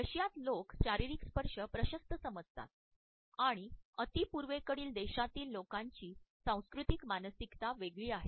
रशियात लोक शारीरिक स्पर्श प्रशस्त समजतात पण अति पूर्वेकडील देशांतील लोकांची सांस्कृतिक मानसिकता वेगळी आहे